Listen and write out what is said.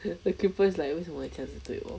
!huh! the creepers like 为什么你这样子对我